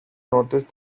noticed